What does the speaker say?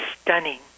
stunning